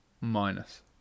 Minus